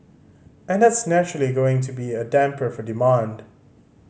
and that's naturally going to be a damper for demand